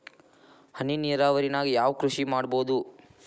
ಹನಿ ನೇರಾವರಿ ನಾಗ್ ಯಾವ್ ಕೃಷಿ ಮಾಡ್ಬೋದು?